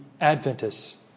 Adventists